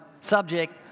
subject